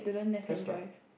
test lah